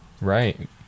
Right